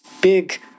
big